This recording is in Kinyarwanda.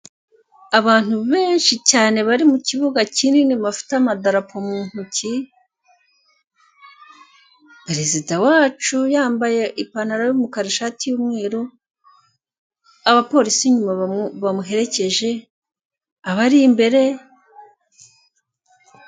Abantu benshi cyane bari mu kibuga kinini bafite amadarapo mu ntoki, perezida wacu yambaye ipantaro y'umukara, ishati y'umweru, abapolisi inyuma bamuherekeje, abari imbere.